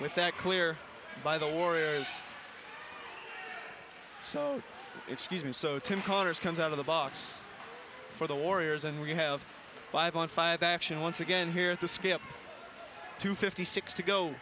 with that clear by the warriors so excuse me so tim connors comes out of the box for the warriors and we have five on five action once again here at the skip to fifty six to go